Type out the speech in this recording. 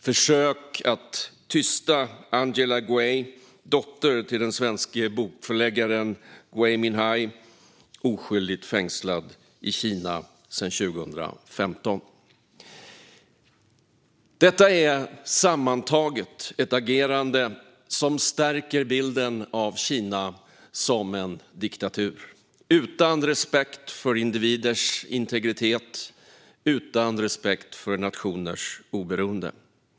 Försök görs att tysta Angela Gui, dotter till den svenske bokförläggaren Gui Minhai, oskyldigt fängslad i Kina sedan 2015. Sammantaget är detta ett agerande som stärker bilden av Kina som en diktatur utan respekt för individers integritet och nationers oberoende.